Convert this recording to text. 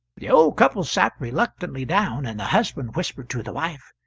the old couple sat reluctantly down, and the husband whispered to the wife,